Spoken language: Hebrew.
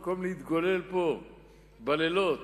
במקום להתגולל פה בלילות